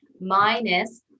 minus